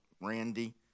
Randy